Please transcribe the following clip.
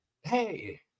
Hey